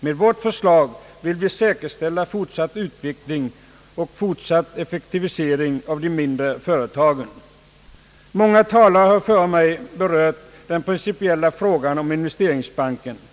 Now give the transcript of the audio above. Med vårt förslag vill vi säkerställa fortsatt utveckling och fortsatt effektivisering av de mindre företagen. Många talare har före mig berört den principiella frågan om investeringsbanken.